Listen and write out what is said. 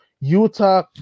Utah